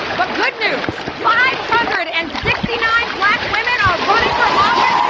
but good news. five hundred and sixty nine black women are running for office